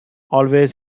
always